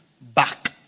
back